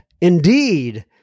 indeed